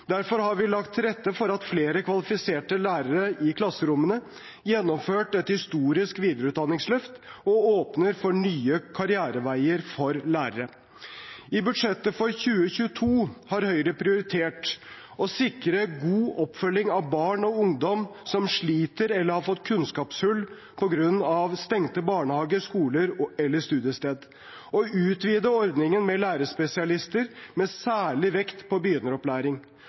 Derfor har vi lagt til rette for flere kvalifiserte lærere i klasserommene, gjennomført et historisk videreutdanningsløft, og vi åpner for nye karriereveier for lærere. I budsjettet for 2022 har Høyre prioritert å sikre god oppfølging av barn og ungdom som sliter eller har fått kunnskapshull på grunn av stengte barnehager, skoler eller studiesteder, og vi utvider ordningen med lærerspesialister med særlig vekt på